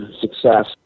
success